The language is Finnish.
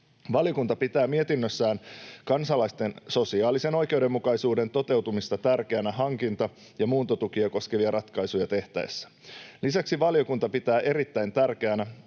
Valiokunta pitää mietinnössään kansalaisten sosiaalisen oikeudenmukaisuuden toteutumista tärkeänä hankinta- ja muuntotukea koskevia ratkaisuja tehtäessä. Lisäksi valiokunta pitää erittäin tärkeänä,